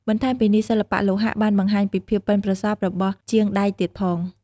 បន្ថែមពីនេះសិល្បៈលោហៈបានបង្ហាញពីភាពប៉ិនប្រសប់របស់ជាងដែកទៀតផង។